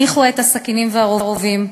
הניחו את הסכינים והרובים.